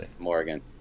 Morgan